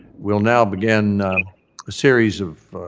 we'll now begin a series of